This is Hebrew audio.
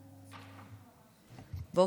בבקשה.